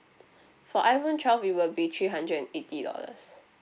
for iphone twelve it will be three hundred and eighty dollars